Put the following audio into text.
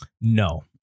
No